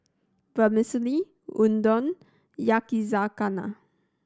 Vermicelli Udon Yakizakana